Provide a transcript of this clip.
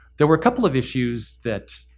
there were a couple of issues that.